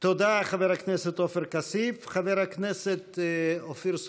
תודה, חבר הכנסת עופר כסיף.